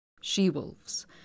She-wolves